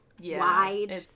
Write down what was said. wide